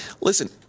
listen